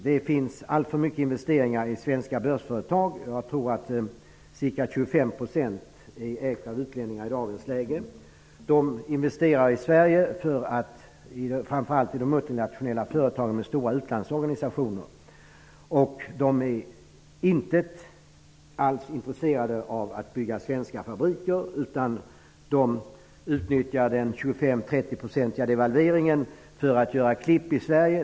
Det görs alltför mycket investeringar i svenska börsföretag. Jag tror att ca 25 % ägs av utlänningar i dagens läge. De investerar i Sverige framför allt i multinationella företag med stora utlandsorganisationer. De är inte alls intresserade av att bygga svenska fabriker. De utnyttjar den devalvering på 25--30 % som gjorts, för att göra klipp i Sverige.